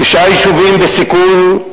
תשעה יישובים בסיכון,